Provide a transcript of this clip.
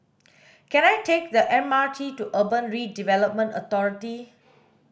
can I take the M R T to Urban Redevelopment Authority